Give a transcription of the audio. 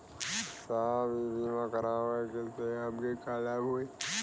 साहब इ बीमा करावे से हमके का लाभ होई?